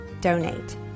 donate